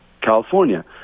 California